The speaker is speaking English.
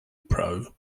pro